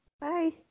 Bye